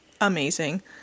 amazing